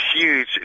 huge